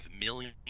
million